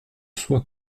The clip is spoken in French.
soi